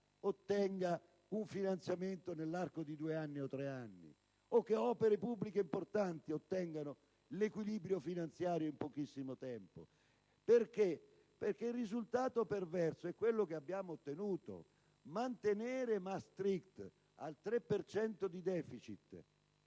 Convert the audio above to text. ottenga un finanziamento nell'arco di due o tre anni o che opere pubbliche importanti ottengano l'equilibrio finanziario in pochissimo tempo. Perché? Perché il risultato perverso è quello che abbiamo ottenuto, mantenendo Maastricht al tre per cento